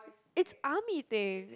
it's army thing